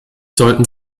sollten